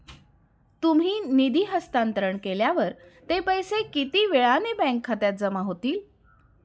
तुम्ही निधी हस्तांतरण केल्यावर ते पैसे किती वेळाने बँक खात्यात जमा होतील?